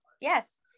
yes